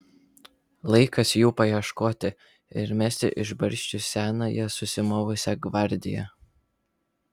laikas jų paieškoti ir mesti iš barščių senąją susimovusią gvardiją